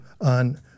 on